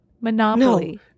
Monopoly